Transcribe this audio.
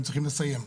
והם צריכים לסיים.